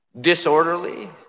disorderly